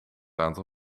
aantal